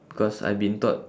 because I've been taught